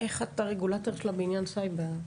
איך הרגולטור של הבניין סייבר?